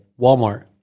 Walmart